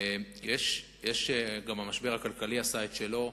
גם המשבר הכלכלי עשה את שלו.